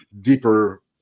deeper